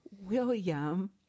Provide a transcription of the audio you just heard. William